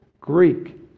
Greek